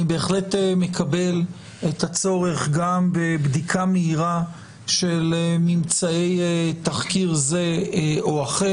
אני בהחלט מקבל את הצורך גם בבדיקה מהירה של ממצאי תחקיר זה או אחר.